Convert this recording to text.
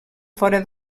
fora